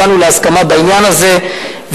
הגענו להסכמה בעניין הזה,